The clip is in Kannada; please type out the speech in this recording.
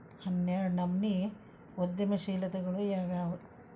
ಹನ್ನೆರ್ಡ್ನನಮ್ನಿ ಉದ್ಯಮಶೇಲತೆಗಳು ಯಾವ್ಯಾವು